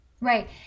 Right